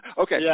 Okay